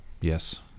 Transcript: Yes